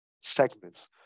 segments